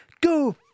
Go